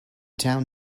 town